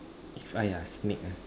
if I ah snake ah